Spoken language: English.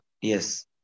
Yes